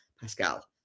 Pascal